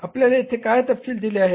आपल्याला येथे काय तपशील दिले आहेत